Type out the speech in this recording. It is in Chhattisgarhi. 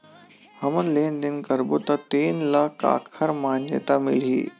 हमन लेन देन करबो त तेन ल काखर मान्यता मिलही?